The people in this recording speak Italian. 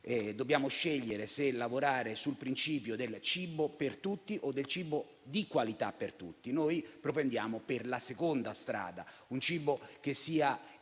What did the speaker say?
dobbiamo scegliere se lavorare sul principio del cibo per tutti o del cibo di qualità per tutti. Noi propendiamo per la seconda strada, per un cibo che sia